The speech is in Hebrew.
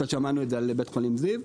שמענו את זה על בית החולים זיו.